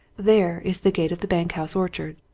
there is the gate of the bank-house orchard.